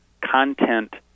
content